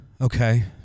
Okay